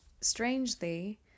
strangely